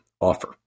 Offer